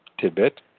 tidbit